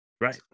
right